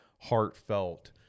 heartfelt